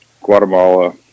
Guatemala